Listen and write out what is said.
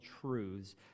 truths